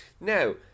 Now